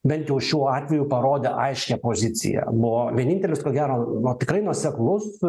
bent jau šiuo atveju parodė aiškią poziciją buvo vienintelis ko gero buvo tikrai nuoseklus